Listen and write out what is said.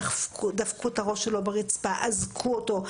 דפקו את הראש שלו ברצפה ואזקו אותו.